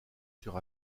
sur